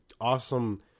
awesome